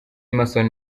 emmerson